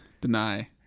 deny